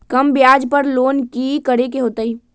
कम ब्याज पर लोन की करे के होतई?